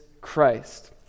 Christ